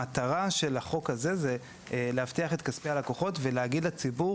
המטרה של החוק הזה היא להבטיח את כספי הלקוחות ולהגיד לציבור